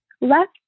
left